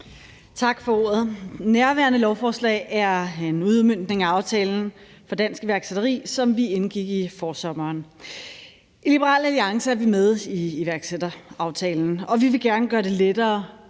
Tak for ordet. Nærværende lovforslag er en udmøntning af aftalen for dansk iværksætteri, som vi indgik i forsommeren. I Liberal Alliance er vi med i iværksætteraftalen, og vi vil gerne gøre det lettere